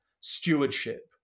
stewardship